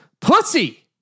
pussy